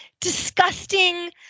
disgusting